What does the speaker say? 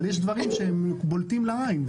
אבל יש דברים שהם בולטים לעין.